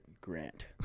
Grant